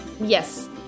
Yes